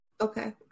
Okay